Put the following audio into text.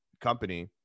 company